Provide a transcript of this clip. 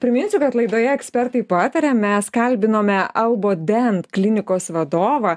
priminsiu kad laidoje ekspertai pataria mes kalbinome albodent klinikos vadovą